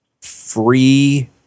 free